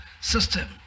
system